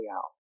out